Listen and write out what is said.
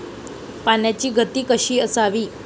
पाण्याची गती कशी असावी?